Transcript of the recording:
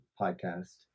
podcast